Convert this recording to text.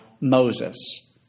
Moses